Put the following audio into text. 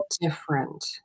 different